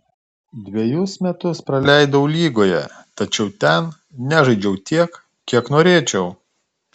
dvejus metus praleidau lygoje tačiau ten nežaidžiau tiek kiek norėčiau